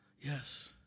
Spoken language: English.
yes